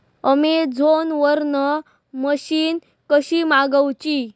Amazon वरन machine कशी मागवची?